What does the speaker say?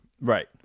right